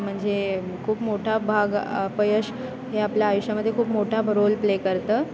म्हणजे खूप मोठा भाग अपयश हे आपल्या आयुष्यामध्ये खूप मोठा रोल प्ले करतं